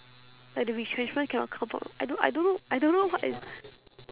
like the retrenchment cannot come from I don't I don't know I don't know what is